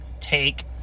take